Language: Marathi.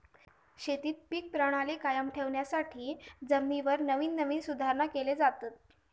शेतीत पीक प्रणाली कायम ठेवच्यासाठी जमिनीवर नवीन नवीन सुधारणा केले जातत